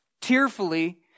tearfully